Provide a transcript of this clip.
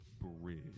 bridge